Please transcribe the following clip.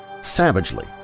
savagely